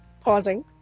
Pausing